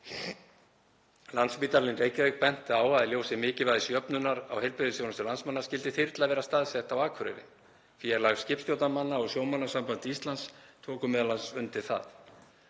Landspítalinn í Reykjavík benti á að í ljósi mikilvægis jöfnunar á heilbrigðisþjónustu landsmanna skyldi þyrla vera staðsett á Akureyri. Félag skipstjórnarmanna og Sjómannasamband Íslands tóku m.a. undir það.